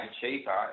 cheaper